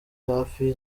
hafi